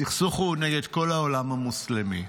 הסכסוך הוא נגד כל העולם המוסלמי.